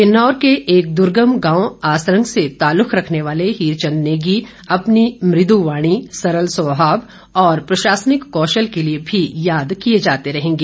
किन्नौर के एक दुर्गम गांव आसरंग से तालुक रखने वाले हीरचंद नेगी अपनी मृदु वाणी सरल स्वभाव और प्रशासनिक कौशल के लिए भी याद किए जाते रहेंगे